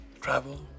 travel